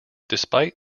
despite